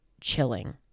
chilling